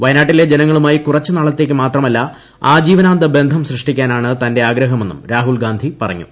വയനാട്ടിലെ ജനങ്ങളുമായി കുറച്ച് നാളത്തേയ്ക്ക് മാത്രമല്ല ആജീവനാന്ത ബന്ധം സൃഷ്ടിക്കാനാണ് തന്റെ ആഗ്രഹമെന്നും രാഹുൽഗാന്ധി പറഞ്ഞു